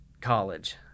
college